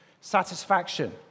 satisfaction